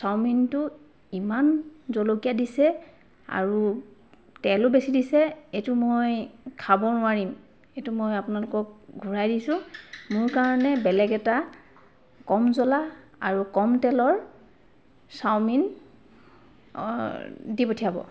চাওমিনটো ইমান জলকীয়া দিছে আৰু তেলো বেছি দিছে এইটো মই খাব নোৱাৰিম এইটো মই আপোনালোকক ঘূৰাই দিছো মোৰ কাৰণে বেলেগ এটা কম জ্বলা আৰু কম তেলৰ চাওমিন দি পঠিয়াব